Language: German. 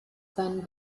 seinen